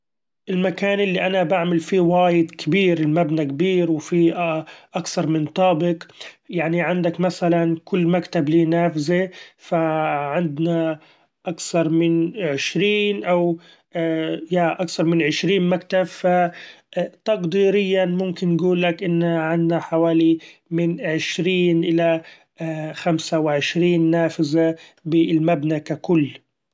المكان اللي أنا بعمل فيه وايد كبير، المبنى كبير وفيه اكثر من طابق، يعني عندك مثلا كل مكتب ليه نافذة ف عندنا اكثر من عشرين أو ‹hesitate › اكثر من عشرين مكتب فتقديريا ممكن نقولك إنه عنا حوالي من عشرين الى خمسة وعشرين نافذة بالمبنى ككل.